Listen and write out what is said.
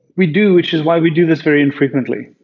we do, which is why we do this very infrequently.